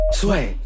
sway